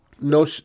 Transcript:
no